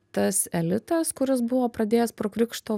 tas elitas kuris buvo pradėjęs po krikšto